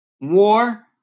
war